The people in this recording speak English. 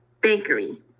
bakery